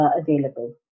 available